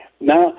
Now